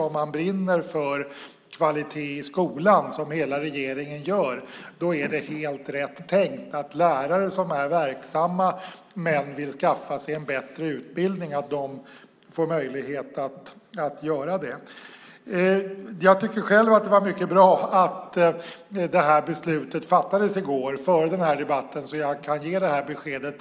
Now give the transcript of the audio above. Om man brinner för kvalitet i skolan, som hela regeringen gör, är det helt rätt tänkt att lärare som är verksamma men vill skaffa sig en bättre utbildning får möjlighet att göra det. Jag tyckte själv att det var mycket bra att det här beslutet fattades i går, före den här debatten, så att jag kunde ge detta besked.